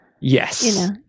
Yes